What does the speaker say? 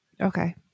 Okay